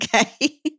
okay